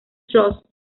trust